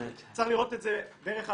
צריך לראות את זה דרך החזון.